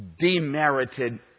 demerited